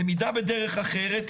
למידה בדרך אחרת,